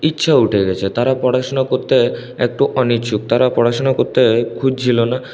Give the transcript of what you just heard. ইচ্ছা উঠে গেছে তারা পড়াশুনা করতে একটু অনিচ্ছুক তারা পড়াশুনা করতে খুঁজছিলো না